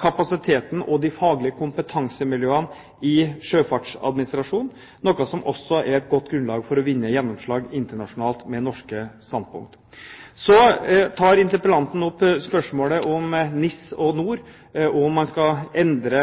kapasiteten og de faglige kompetansemiljøene i sjøfartsadministrasjonen, noe som også er et godt grunnlag for å få gjennomslag for norske standpunkt internasjonalt. Så tar interpellanten opp spørsmålet om NIS og NOR – om man skal endre